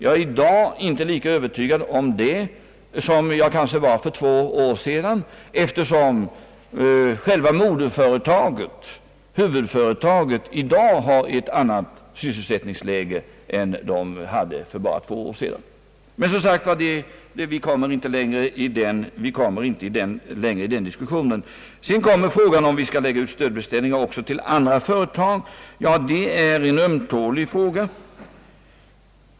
Jag är i dag inte lika övertygad om det som jag var för ett par år sedan, eftersom själva moderföretaget eller huvudföretaget i dag har ett annat sysselsättningsläge än det hade för bara två år sedan. Men som sagt, vi kommer inte längre i den diskussionen nu. Sedan kommer frågan om vi skall lägga ut stödbeställningar också hos andra företag. Det är en ömtålig fråga.